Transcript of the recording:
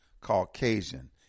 caucasian